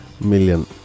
million